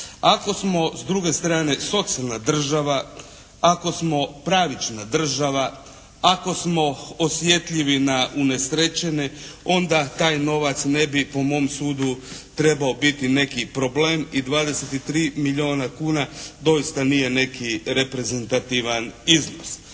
Ako smo s druge strane socijalna država, ako smo pravična država, ako smo osjetljivi na unesrećene onda taj novac ne bi po mom sudu trebao biti neki problem i 23 milijuna kuna doista nije neki reprezentativan iznos.